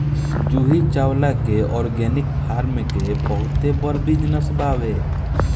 जूही चावला के organic farm के बहुते बड़ बिजनस बावे